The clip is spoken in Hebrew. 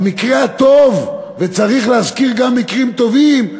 במקרה הטוב, וצריך להזכיר גם מקרים טובים,